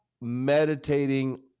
meditating